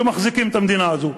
שמחזיקים את המדינה הזאת.